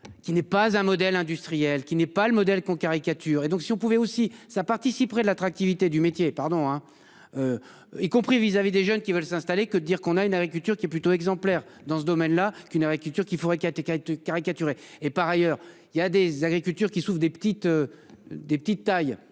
qui n'est pas un modèle industriel qui n'est pas le modèle qu'on caricature et donc si on pouvait aussi ça participerait de l'attractivité du métier pardon hein. Y compris vis-à-vis des jeunes qui veulent s'installer que dire qu'on a une agriculture qui est plutôt exemplaire dans ce domaine-là qu'une agriculture qui faudrait qui a été qui a été caricaturée et par ailleurs il y a des agricultures qui souffrent des petites. Des